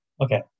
okay